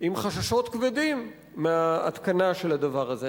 עם חששות כבדים מההתקנה של הדבר הזה.